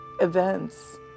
events